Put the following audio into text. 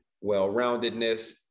well-roundedness